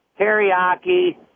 teriyaki